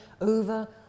over